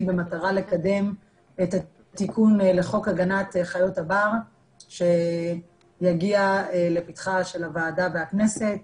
במטרה לקדם את התיקון לחוק הגנת חיות הבר שיגיע לפתחה של הוועדה והכנסת,